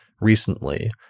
recently